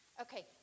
Okay